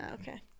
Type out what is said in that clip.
Okay